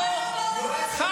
הזה?